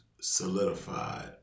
solidified